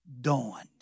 dawned